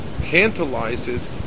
tantalizes